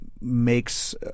makes